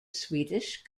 swedish